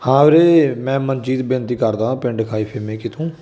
ਹਾਂ ਵੀਰੇ ਮੈਂ ਮਨਜੀਤ ਬੇਨਤੀ ਕਰਦਾ ਹਾਂ ਪਿੰਡ ਖਾਈ ਫਿਮੇਕੀ ਤੋਂ